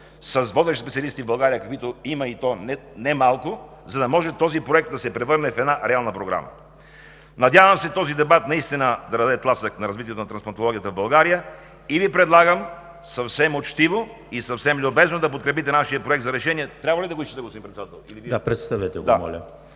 с водещите специалисти в България, каквито има, и то не малко, за да може този проект да се превърне в една реална програма. Надявам се този дебат наистина да даде тласък на развитието на трансплантологията в България и Ви предлагам съвсем учтиво и любезно да подкрепите нашия проект за решение. Трябва ли да го изчета, господин Председател? ПРЕДСЕДАТЕЛ ЕМИЛ